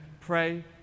pray